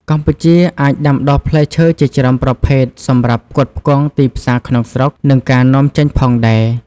កម្ពុជាអាចដាំដុះផ្លែឈើជាច្រើនប្រភេទសម្រាប់ផ្គត់ផ្គង់ទីផ្សារក្នុងស្រុក និងការនាំចេញផងដែរ។